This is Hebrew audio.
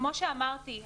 כמו שאמרתי,